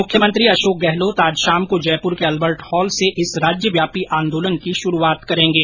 मुख्यमंत्री अशोक गहलोत आज शाम को जयपुर के अल्बर्ट हॉल से इस राज्यव्यापी आंदोलन की शुरूआत करेंगे